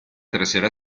tercera